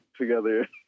together